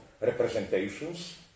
representations